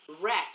Wreck